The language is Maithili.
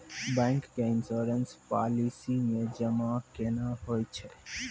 बैंक के इश्योरेंस पालिसी मे जमा केना होय छै?